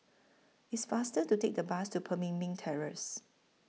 IT IS faster to Take The Bus to Pemimpin Terrace